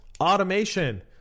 Automation